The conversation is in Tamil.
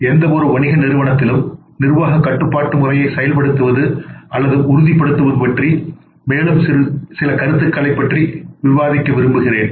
எந்தவொரு வணிக நிறுவனத்திலும் நிர்வாக கட்டுப்பாட்டு முறையை செயல்படுத்துவது அல்லது உறுதிப்படுத்துவது பற்றி மேலும் சில கருத்துகளைப் பற்றி விவாதிக்க விரும்புகிறேன்